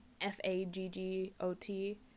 F-A-G-G-O-T